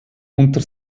unter